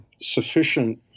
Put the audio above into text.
sufficient